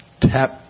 tap